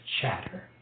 chatter